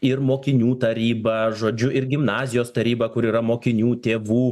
ir mokinių taryba žodžiu ir gimnazijos taryba kur yra mokinių tėvų